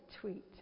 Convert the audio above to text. tweet